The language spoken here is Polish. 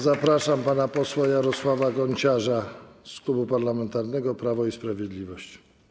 Zapraszam pana posła Jarosława Gonciarza z Klubu Parlamentarnego Prawo i Sprawiedliwość.